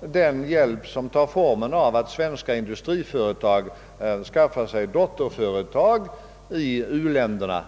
den hjälp som består i att svenska industriföretag skaffar sig dotterföretag i u-länderna.